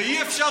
ואי-אפשר,